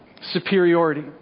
superiority